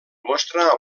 mostrar